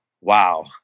wow